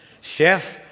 chef